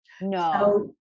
No